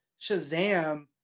Shazam